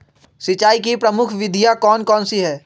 सिंचाई की प्रमुख विधियां कौन कौन सी है?